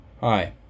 Hi